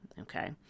okay